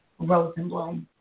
Rosenblum